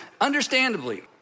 understandably